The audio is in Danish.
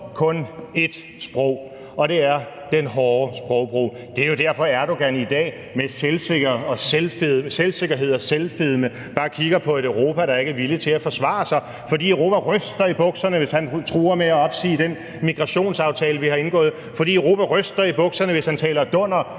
kun ét sprog, og det er den hårde sprogbrug. Det er jo derfor, Erdogan i dag med selvsikkerhed og selvfedme bare kigger på et Europa, der ikke er villigt til at forsvare sig, fordi Europa ryster i bukserne, hvis han truer med at opsige den migrationsaftale, vi har indgået, og fordi Europa ryster i bukserne, hvis han taler dunder